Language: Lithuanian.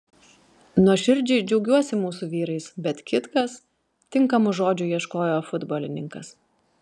nuoširdžiai džiaugiuosi mūsų vyrais bet kitkas tinkamų žodžių ieškojo futbolininkas